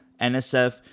NSF